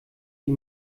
die